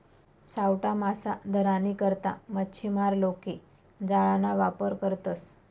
सावठा मासा धरानी करता मच्छीमार लोके जाळाना वापर करतसं